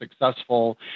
successful